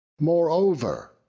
Moreover